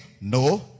No